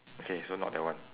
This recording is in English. okay so not that one